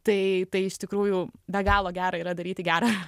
tai tai iš tikrųjų be galo gera yra daryti gera